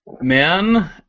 Man